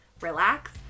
relax